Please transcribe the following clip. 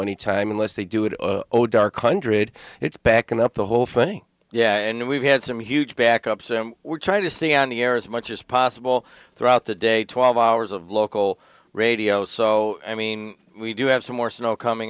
any time unless they do it oh dark hundred it's backing up the whole funny yeah and we've had some huge backups and we're trying to see on the air as much as possible throughout the day twelve hours of local radio so i mean we do have some more snow coming